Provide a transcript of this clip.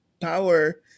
power